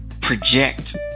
project